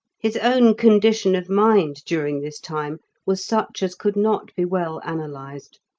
his own condition of mind during this time was such as could not be well analysed.